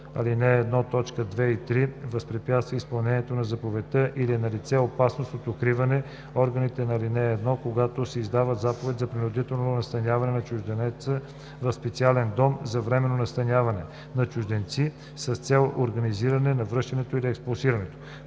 ал. 1, т. 2 и 3, възпрепятства изпълнението на заповедта или е налице опасност от укриване, органите по ал. 1 могат да издадат заповед за принудително настаняване на чужденеца в специален дом за временно настаняване на чужденци с цел организиране на връщането или експулсирането.